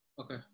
Okay